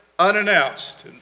Unannounced